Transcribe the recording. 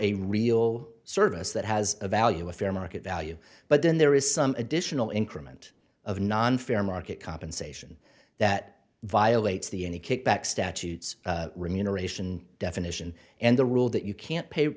a real service that has a value a fair market value but then there is some additional increment of non fair market compensation that violates the any kickback statutes remuneration definition and the rule that you can't pay